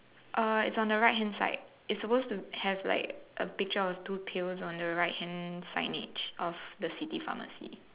uh it's on the right hand side it's supposed to have like a picture of two pails on the right hand signage of the city pharmacy